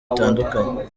bitandukanye